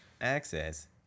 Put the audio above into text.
access